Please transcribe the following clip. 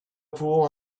pool